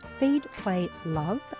feedplaylove